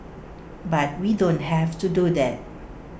but we don't have to do that